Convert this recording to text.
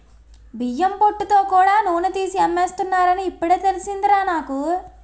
బియ్యం పొట్టుతో కూడా నూనె తీసి అమ్మేస్తున్నారని ఇప్పుడే తెలిసిందిరా నాకు